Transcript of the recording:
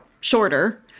shorter